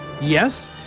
Yes